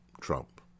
Trump